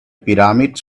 pyramids